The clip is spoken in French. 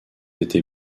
été